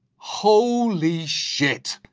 holy shit.